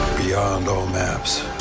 beyond all maps?